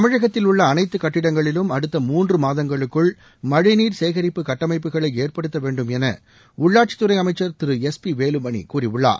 தமிழகத்தில் உள்ள அனைத்து கட்டடங்களிலும் அடுத்த மூன்று மாதங்களுக்குள் மழைநீர் சேகரிப்பு கட்டமைப்புகளை ஏற்படுத்த வேண்டும் என உள்ளாட்சித்துறை அமைச்சர் திரு எஸ் பி வேலுமணி கூறியுள்ளார்